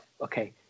Okay